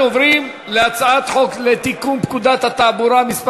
אנחנו עוברים להצעת חוק לתיקון פקודת התעבורה (מס'